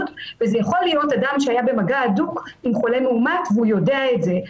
וזה יכול להיות אדם שהיה במגע הדוק עם חולה מאומת והוא יודע את זה,